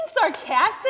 sarcastic